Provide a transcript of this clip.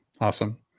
Awesome